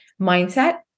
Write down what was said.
mindset